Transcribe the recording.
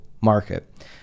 market